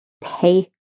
pay